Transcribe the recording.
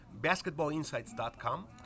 basketballinsights.com